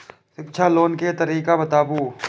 शिक्षा लोन के तरीका बताबू?